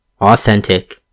authentic